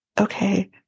okay